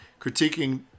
critiquing